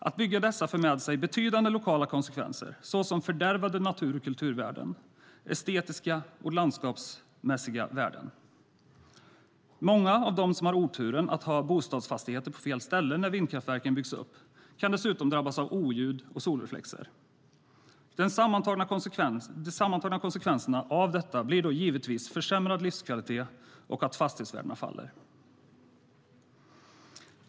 Att bygga dessa vindkraftverk för med sig betydande lokala konsekvenser, som fördärvade natur och kulturvärden samt estetiska och landskapsmässiga värden. Många av dem som har oturen att ha bostadsfastigheter på fel ställe när vindkraftverken byggs upp kan dessutom drabbas av oljud och solreflexer. De sammantagna konsekvenserna av detta blir givetvis försämrad livskvalitet och att fastighetsvärdena faller.